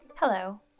Hello